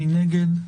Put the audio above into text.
מי נגד?